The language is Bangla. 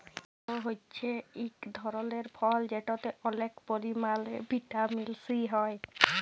টমেট হছে ইক ধরলের ফল যেটতে অলেক পরিমালে ভিটামিল সি হ্যয়